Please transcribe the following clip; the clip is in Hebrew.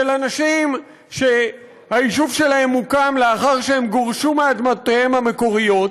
של אנשים שהיישוב שלהם הוקם לאחר שהם גורשו מאדמותיהם המקוריות